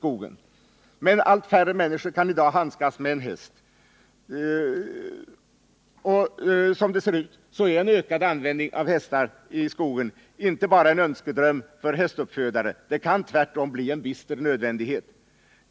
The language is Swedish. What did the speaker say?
Men allt färre människor kan i dag handskas med en häst. Som det nu ser ut är en ökad användning av hästar i skogen inte bara en önskedröm för hästuppfödare. Den kan tvärtom bli en bister nödvändighet.